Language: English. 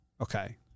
Okay